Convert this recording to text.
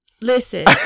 Listen